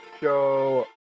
show